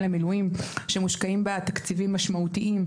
למילואים" שמושקעים בה תקציבים משמעותיים,